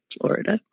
Florida